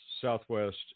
Southwest